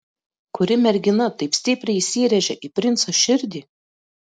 kuri mergina taip stipriai įsirėžė į princo širdį